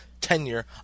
tenure